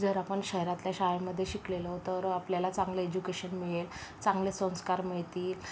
जर आपण शहरातल्या शाळेमध्ये शिकलेलो तर आपल्याला चांगले एज्युकेशन मिळेल चांगले संस्कार मिळतील